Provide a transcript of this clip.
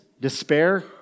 despair